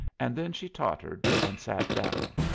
and then she tottered and sat down.